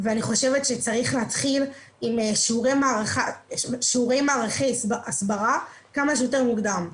שצריך להתחיל בשיעורי הסברה כמה שיותר מוקדם,